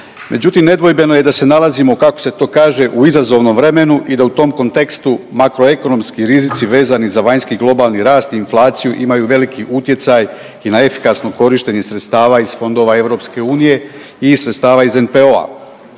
Međutim, nedvojbeno je da se nalazimo kao se to kaže u izazovnom vremenu i da u tom kontekstu makro ekonomski rizici vezani za vanjski, globalni rast i inflaciju imaju veliki utjecaj i na efikasno korištenje sredstava iz fondova EU i sredstava iz NPO-a.